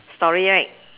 story right